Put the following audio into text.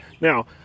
Now